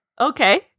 Okay